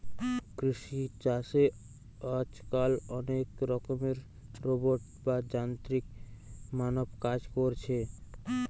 কৃষি চাষে আজকাল অনেক রকমের রোবট বা যান্ত্রিক মানব কাজ কোরছে